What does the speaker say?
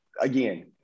again